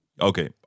Okay